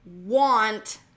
want